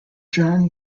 john